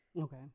Okay